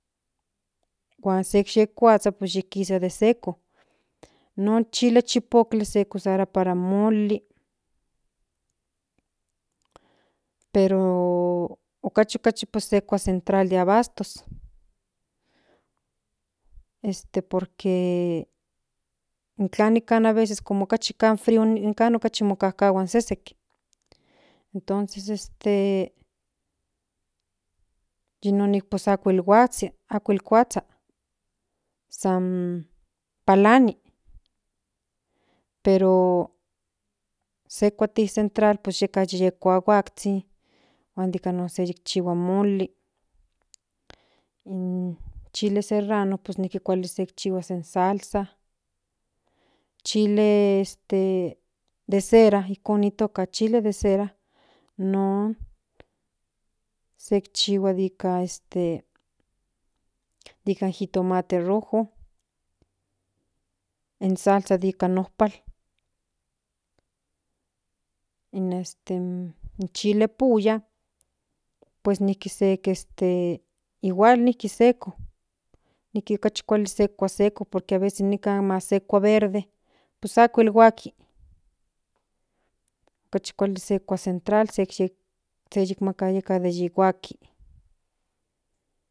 Huan sek yihuazha pues yi kisa de seco non chili chipotle se usarua para in moli pero okachi okachi se kua in central de abastos este por que intla aveces como okachi ka frio okachi mokakahua in sesek entonces este yi non oako huazha oakuel kuazha sa n palani pero se kuati in central pues yeka huahuazhin huan nikanon se yikchihua in moli in chili serrano pues nijki kuali sek chihuas in salsa chile de cera ijkon ni toka chile de cera non sek chihuas este nikan jitomate en salsa nikan nompal este in chile pulla pues nijki se este igual ijki seko nijki kuali seko por que aveces nikan mass se kua verde pues akuel huaki kachi kuali sek kuas central se yimaka yeka de yihuaki.